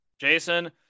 Jason